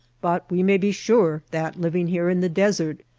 but we may be sure that living here in the desert,